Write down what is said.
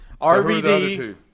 RVD